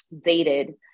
dated